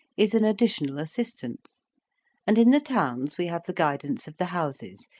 is an additional assistance and in the towns we have the guidance of the houses,